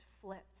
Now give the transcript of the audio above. flipped